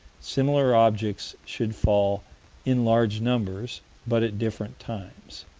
similar objects should fall in large numbers but at different times.